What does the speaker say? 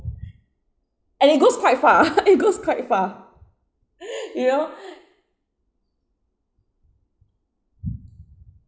and it goes quite far it goes quite far you know